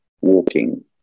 walking